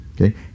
Okay